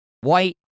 White